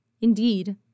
Indeed